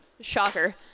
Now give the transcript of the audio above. Shocker